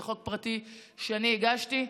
זה חוק פרטי שאני הגשתי.